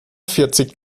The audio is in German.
vierzig